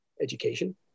education